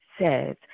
says